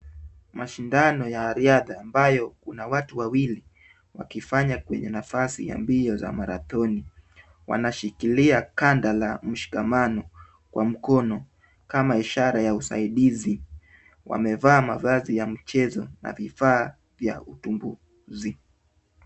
Mashindano ya riadha ambayo kuna watu wawili wakifanya kwenye nafasi ya mbio za marathoni. Wanashikilia kanda la mshikamano kwa mkono kama ishara ya usaidizi. Wamevaa mavazi ya mchezo na vifaa vya uvumbuzi.